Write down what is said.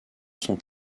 sont